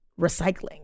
recycling